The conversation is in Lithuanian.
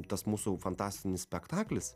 tas mūsų fantastinis spektaklis